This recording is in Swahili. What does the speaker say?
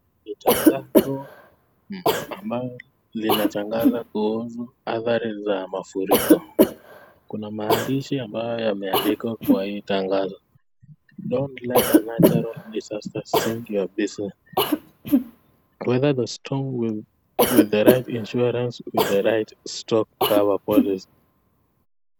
Ni tangazo ambayo linatangaza kuhusu hadhari za mafuriko. Kuna maandishi ambayo yameandikwa kwa hii tangazo, don't let a natural disaster sink your business, weather the storm with the right insurance with the right stock cover policy .